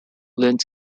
lends